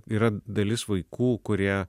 yra dalis vaikų kurie